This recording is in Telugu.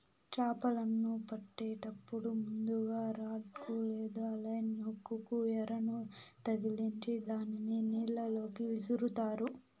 చాపలను పట్టేటప్పుడు ముందుగ రాడ్ కు లేదా లైన్ హుక్ కు ఎరను తగిలిచ్చి దానిని నీళ్ళ లోకి విసురుతారు